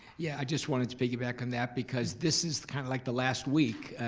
yeah, i just wanted to piggyback on that because this is kind of like the last week.